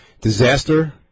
disaster